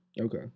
Okay